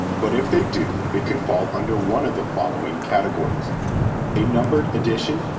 but if they do, it could fall under one of the following categories a numbered edition,